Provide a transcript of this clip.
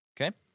okay